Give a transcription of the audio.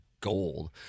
gold